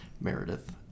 Meredith